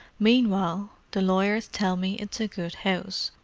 meanwhile, the lawyers tell me it's a good house,